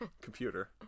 computer